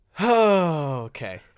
Okay